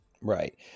right